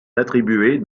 attribués